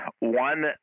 One